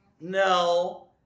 No